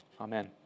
Amen